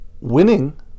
winning